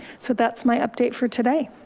so that's my update for today.